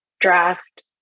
draft